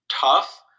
tough